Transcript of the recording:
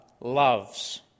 loves